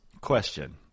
Question